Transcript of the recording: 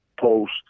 post